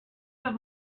but